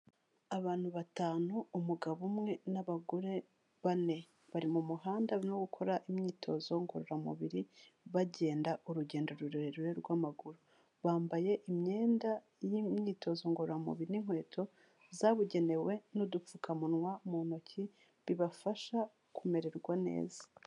Abantu batanu, umugabo umwe n'abagore bane. Bari mu muhanda barimo gukora imyitozo ngororamubiri, bagenda urugendo rurerure rw'amaguru. Bambaye imyenda y'imyitozo ngororamubiri n'inkweto zabugenewe n'udupfukamunwa mu ntoki, bibafasha kumererwa neza.